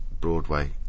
Broadway